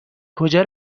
کجا